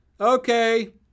Okay